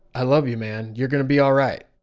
i love you man. you're going to be all right.